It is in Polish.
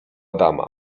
dama